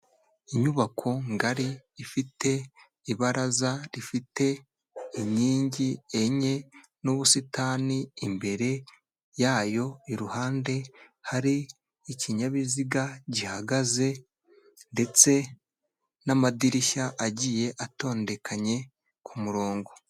Inyubako ngari ifite ibaraza rifite inkingi enye, n'ubusitani imbere yayo, iruhande hari ikinyabiziga gihagaze, ndetse n'amadirishya agiye atondekanya ku murongo.